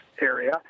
area